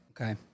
Okay